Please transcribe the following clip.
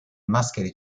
maschere